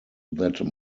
that